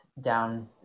down